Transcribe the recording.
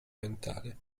mentale